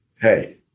hey